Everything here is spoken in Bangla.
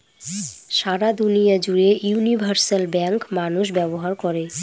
সারা দুনিয়া জুড়ে ইউনিভার্সাল ব্যাঙ্ক মানুষ ব্যবহার করে